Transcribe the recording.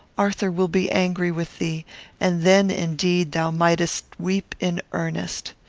arthur will be angry with thee and then, indeed, thou mightest weep in earnest.